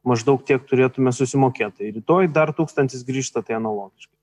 maždaug tiek turėtume susimokėt tai rytoj dar tūkstantis grįžta tai analogiškai